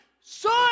son